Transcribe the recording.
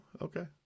okay